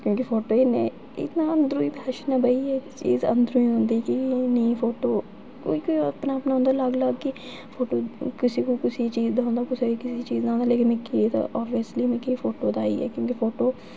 कि जे फोटोंकन्नै इन्ना अंदर इक पैशन ऐ ओह् चीज़ अंदरूं होंदी कि नेईं फोटो कोई चीज अपनी अपनी होंदी कुसै कुसै नै चीज दी